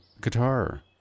guitar